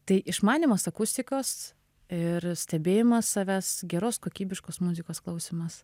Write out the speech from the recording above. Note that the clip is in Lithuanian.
tai išmanymas akustikos ir stebėjimas savęs geros kokybiškos muzikos klausymas